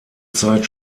zeit